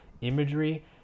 imagery